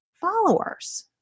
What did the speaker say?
followers